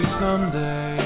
someday